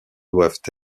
doivent